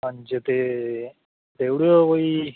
पंज ते देई ओड़ेओ कोई